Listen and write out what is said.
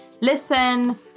listen